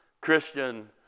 Christian